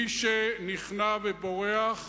מי שנכנע ובורח,